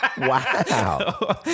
Wow